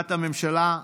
הודעת הממשלה.